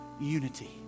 unity